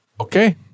Okay